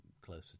closer